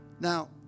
Now